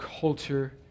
culture